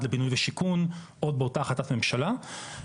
לבינוי ושיכון עוד באותה החלטת ממשלה,